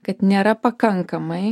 kad nėra pakankamai